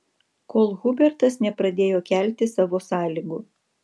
kol hubertas nepradėjo kelti savo sąlygų